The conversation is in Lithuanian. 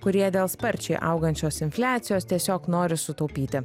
kurie dėl sparčiai augančios infliacijos tiesiog nori sutaupyti